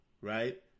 right